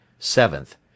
Seventh